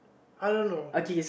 I don't know